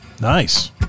Nice